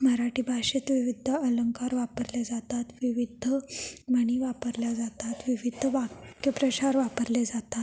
मराठी भाषेत विविध अलंकार वापरले जातात विविध म्हणी वापरल्या जातात विविध वाक्यप्रचार वापरले जातात